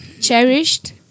Cherished